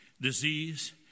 disease